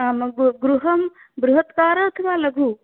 आम् गृहं बृहदाकारम् अथवा लघु